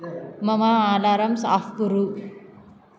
मम alarms off कुरु